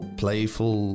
playful